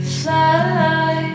fly